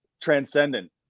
Transcendent